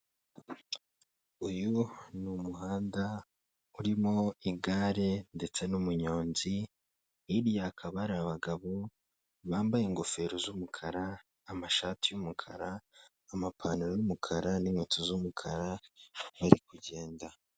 Uyu ni umuhanda urimo igare ndetse n'umuyonzi, hirya hakaba hari abagabo bambaye ingofero z'umukara, amashati y'umukara, amapantaro y'umukara, n'inkweto z'umukara bari kugenda.